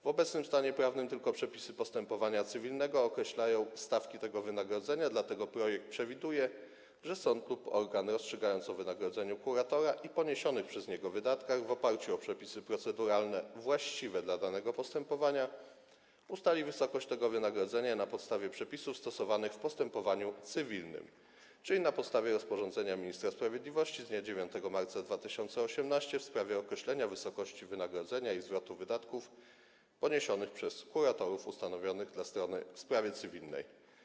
W obecnym stanie prawnym tylko przepisy postępowania cywilnego określają stawki tego wynagrodzenia, dlatego projekt przewiduje, że sąd lub organ, rozstrzygając o wynagrodzeniu kuratora i poniesionych przez niego wydatkach w oparciu o przepisy proceduralne właściwe dla danego postępowania, ustali wysokość tego wynagrodzenia na podstawie przepisów stosowanych w postępowaniu cywilnym, czyli na podstawie rozporządzenia ministra sprawiedliwości z dnia 9 marca 2018 r. w sprawie określenia wysokości wynagrodzenia i zwrotu wydatków poniesionych przez kuratorów ustanowionych dla strony w sprawie cywilnej.